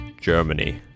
Germany